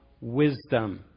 wisdom